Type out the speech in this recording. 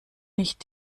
nicht